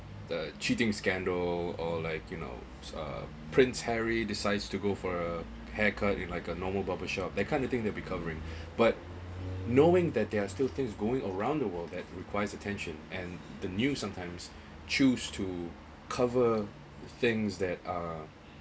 the cheating scandal or like you know prince harry decides to go for a haircut in like a normal barbershop that kind of thing that recovering but knowing that there are still things going around the world that requires attention and the news sometimes choose to cover things that are